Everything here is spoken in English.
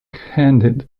handed